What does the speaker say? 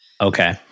Okay